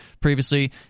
previously